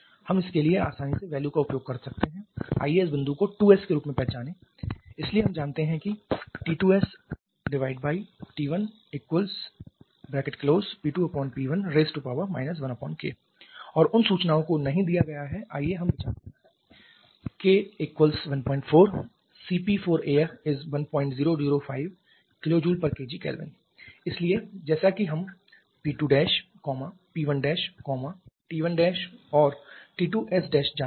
हम इसके लिए आसानी से value का उपयोग कर सकते हैं आइए इस बिंदु को 2s के रूप में पहचानें इसलिए हम जानते हैं कि T2sT1P2P1k 1k और उन सूचनाओं को नहीं दिया गया है आइए हम विचार करें k 14 Cp for air 1005 kJkgK इसलिए जैसा कि हम P2 P1 T1 और T2s जानते हैं